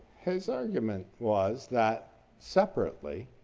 his argument was that separately,